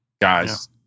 guys